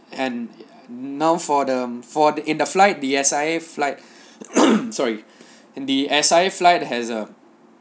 and now for the for in the flight the S_I_A flight sorry the S_I_A flight has a